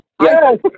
Yes